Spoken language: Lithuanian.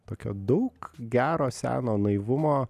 tokio daug gero seno naivumo